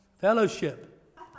Fellowship